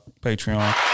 Patreon